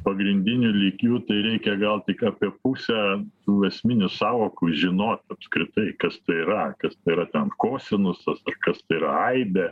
pagrindiniu lygiu tai reikia gal tik apie pusę tų esminių sąvokų žinot apskritai kas tai yra kas tai yra ten kosinusas kas tai yra aibė